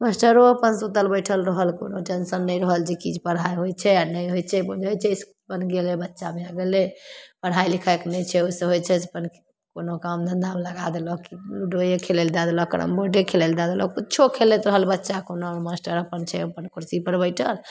मास्टरो अपन सुतल बैठल रहल कोनो टेन्शन नहि रहल जे कि पढ़ाइ होइ छै आओर नहि होइ छै बुझै छै जे इसकुल अपन गेलै बच्चा भै गेलै पढ़ाइ लिखाइके नहि छै ओहिसे होइ छै से अपन कोनो काम धन्धामे लगा देलक लुडोए खेलैले दै देलक कैरमबोर्डे खेलैले दै देलक किछु खेलैत रहल बच्चा कोनो मास्टर अपन छै अपन कुरसीपर बैठल